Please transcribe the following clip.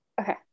Okay